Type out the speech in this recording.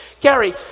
Gary